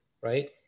right